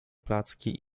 placki